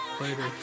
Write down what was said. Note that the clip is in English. Later